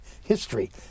history